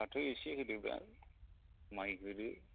फाथो एसे होदोब्रा माय होदो